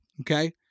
okay